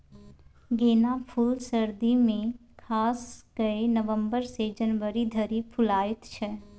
गेना फुल सर्दी मे खास कए नबंबर सँ जनवरी धरि फुलाएत छै